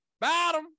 Bottom